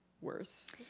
worse